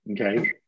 okay